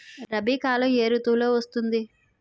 రబీ కాలం ఏ ఋతువులో వస్తుంది?